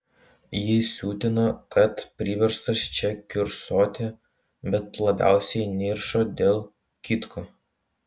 jį siutino kad priverstas čia kiurksoti bet labiausiai niršo dėl kitko